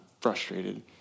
frustrated